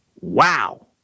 wow